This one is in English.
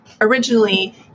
originally